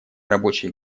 рабочей